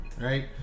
right